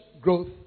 growth